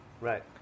Right